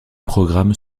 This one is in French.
programmes